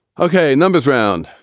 ok. numbers round.